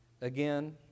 again